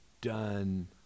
done